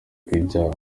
bw’ibyaha